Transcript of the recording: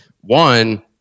One